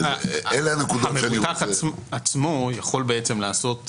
המבוטח עצמו יכול לעשות,